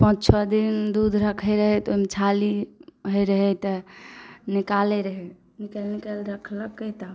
पाँच छओ दिन दूध रखलियै तऽ ओहिमे छाली होइ रहै तऽ निकालयै रहै निकालि निकालि कऽ रखलैकै